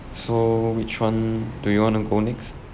so which one do you want to go next